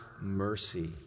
mercy